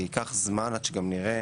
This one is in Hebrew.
כי ייקח זמן עד שגם נראה